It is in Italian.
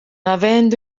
avendo